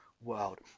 world